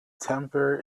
temper